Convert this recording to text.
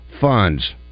funds